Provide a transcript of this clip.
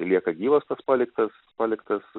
lieka gyvas tas paliktas paliktas